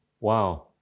Wow